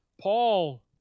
Paul